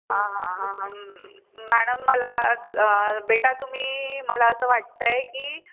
हां हां हां मॅडम मला बेटा तुम्ही मला असं वाटतं आहे की